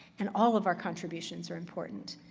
and all of our contributions are important.